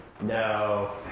No